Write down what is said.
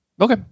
Okay